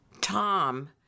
Tom